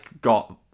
got